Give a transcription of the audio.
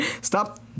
Stop